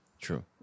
True